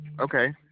okay